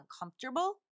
uncomfortable